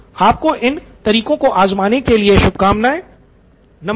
आपको इन तरीकों को आजमाने के लिए शुभकामनाएँ नमस्कार